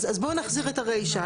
אז בואו נחזיר את הרישה.